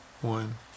one